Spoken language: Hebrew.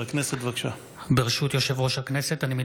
ישיבה ק"ז הישיבה